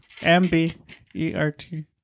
M-B-E-R-T